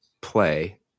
play